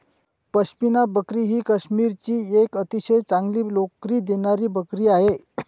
पश्मिना बकरी ही काश्मीरची एक अतिशय चांगली लोकरी देणारी बकरी आहे